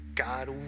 God